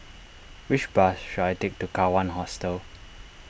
which bus should I take to Kawan Hostel